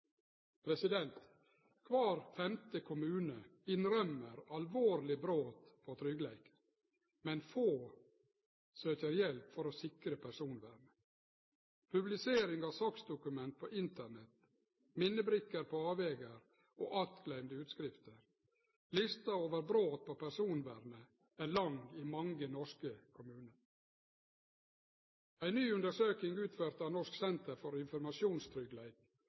monn. Kvar femte kommune innrømmer alvorlege brot på tryggleiken, men få søkjer hjelp for å sikre personvernet. Publisering av saksdokument på Internett, minnebrikker på avvegar og attgløymde utskrifter – lista over brot på personvernet er lang i mange norske kommunar. Ei ny undersøking utført av Norsk senter for